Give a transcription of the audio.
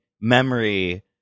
memory